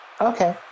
okay